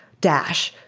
dash,